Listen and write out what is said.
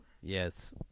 Yes